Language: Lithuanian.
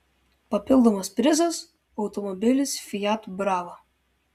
papildomas prizas automobilis fiat brava